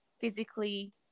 physically